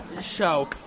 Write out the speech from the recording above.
show